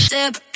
Step